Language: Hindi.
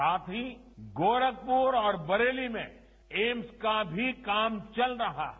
साथ ही गोरखपुर और बरेली में एम्स का भी काम चल रहा है